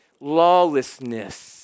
Lawlessness